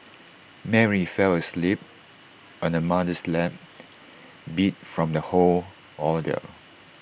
Mary fell asleep on her mother's lap beat from the whole ordeal